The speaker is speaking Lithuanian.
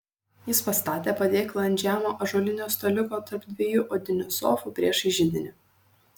jis pastatė padėklą ant žemo ąžuolinio staliuko tarp dviejų odinių sofų priešais židinį